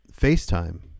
FaceTime